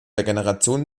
generation